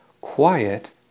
quiet